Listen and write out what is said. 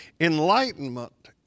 Enlightenment